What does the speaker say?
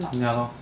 ya lor